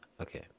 okay